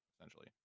Essentially